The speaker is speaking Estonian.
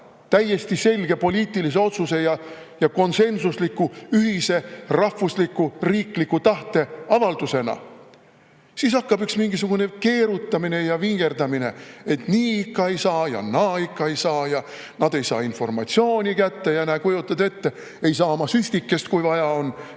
täiesti selge poliitilise otsuse ja konsensusliku, ühise, rahvusliku, riikliku tahteavaldusena –, siis hakkab mingisugune keerutamine ja vingerdamine, et nii ikka ei saa ja naa ikka ei saa, nad ei saa informatsiooni kätte ja näe, kujutad ette, ei saa oma süstikest, kui vaja on,